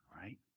right